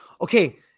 okay